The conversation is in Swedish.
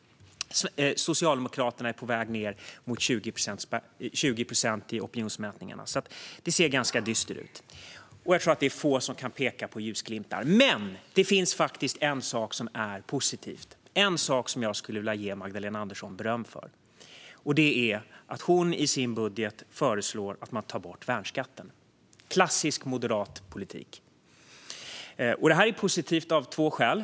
Socialdemokraterna är på väg ned mot 20 procent i opinionsmätningarna. Det ser ganska dystert ut, och jag tror att det är få som kan peka på ljusglimtar. Men det finns faktiskt en sak som är positiv och som jag skulle vilja ge Magdalena Andersson beröm för, och det är att hon i sin budget föreslår att man ska ta bort värnskatten. Det är klassisk moderat politik. Detta är positivt av två skäl.